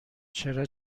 چرا